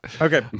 okay